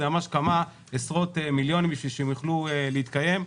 ממש כמה עשרות מיליונים כדי שהם יוכלו להתקיים.